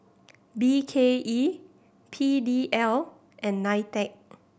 B K E P D L and NITEC